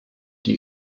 die